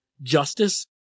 justice